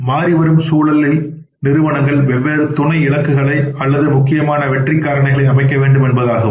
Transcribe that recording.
மாறிவரும் சூழலில் நிறுவனங்கள் வெவ்வேறு துணை இலக்குகளை அல்லது முக்கியமான வெற்றிக் காரணிகளை அமைக்க வேண்டும் என்பதாகும்